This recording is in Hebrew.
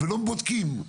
ולא בודקים.